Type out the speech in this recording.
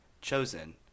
chosen